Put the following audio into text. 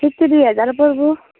সিটো দুই হাজাৰ পৰব'